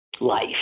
life